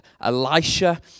Elisha